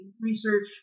research